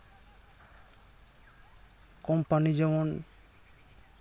company ᱡᱮᱢᱚᱱ